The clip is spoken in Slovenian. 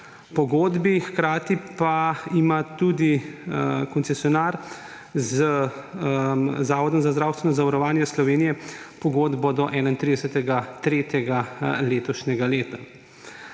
pogodbi, hkrati pa ima tudi koncesionar z Zavodom za zdravstveno zavarovanje Slovenije pogodbo do 31. marca letošnjega leta.